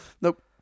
Nope